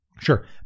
Sure